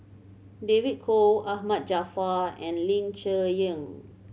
David Kwo Ahmad Jaafar and Ling Cher Eng